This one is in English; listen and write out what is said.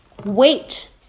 Wait